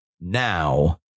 now